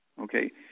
Okay